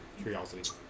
Curiosity